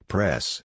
Press